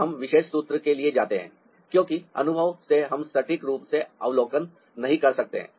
अब हम विशेष सूत्र के लिए जाते हैं क्योंकि अनुभव से हम सटीक रूप से अवलोकन नहीं कर सकते हैं